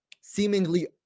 seemingly